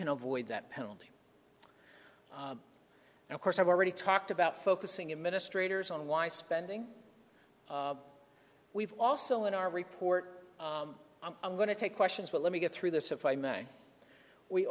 can avoid that penalty and of course i've already talked about focusing administrator is on why spending we've also in our report i'm going to take questions but let me get through this if i may we